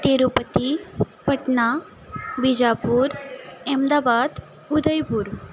Tirupati Patna Bijapur Ahmedabad Udaipur